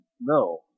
No